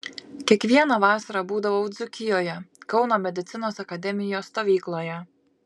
kiekvieną vasarą būdavau dzūkijoje kauno medicinos akademijos stovykloje